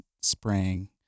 spraying